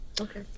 Okay